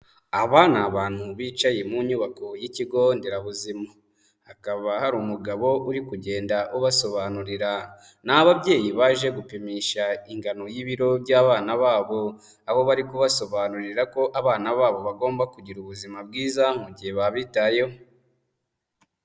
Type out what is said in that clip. Aba ni abantu bicaye mu nyubako y'ikigo nderabuzima. Hakaba hari umugabo uri kugenda ubasobanurira. Ni ababyeyi baje gupimisha ingano y'ibiro by'abana babo. Aho bari kubasobanurira ko abana babo bagomba kugira ubuzima bwiza, mu gihe babitaye.